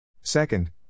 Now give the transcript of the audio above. Second